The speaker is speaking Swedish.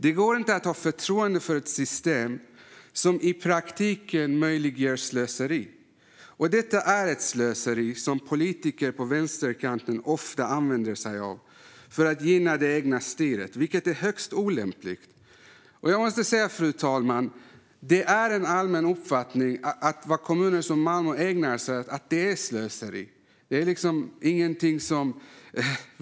Det går inte att ha förtroende för ett system som i praktiken möjliggör slöseri. Detta är ett slöseri som politiker på vänsterkanten ofta använder sig av för att gynna det egna styret, vilket är högst olämpligt. Fru talman! Det är en allmän uppfattning att sådant som kommuner som Malmö ägnar sig åt är slöseri.